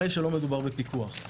הרי שלא מדובר בפיקוח.